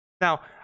Now